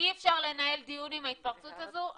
אי אפשר לנהל דיון עם ההתפרצות הזו,